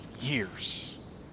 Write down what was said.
years